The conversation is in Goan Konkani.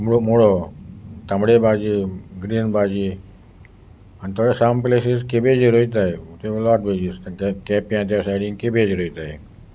मु मुळो तांबडे भाजी ग्रीन भाजी आनी थोडे साम प्लेसीस केबेजी रोयतायट बेजीस केंप्यां त्या सायडीन केबेजी रोयताय